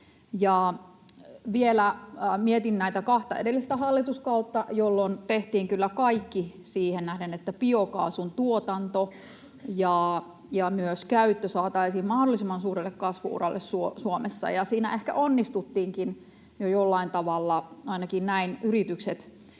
näitä kahta edellistä hallituskautta, jolloin tehtiin kyllä kaikki siihen nähden, että biokaasun tuotanto ja myös käyttö saataisiin mahdollisimman suurelle kasvu-uralle Suomessa, ja siinä ehkä onnistuttiinkin jo jollain tavalla. Ainakin näin yritykset